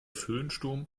föhnsturm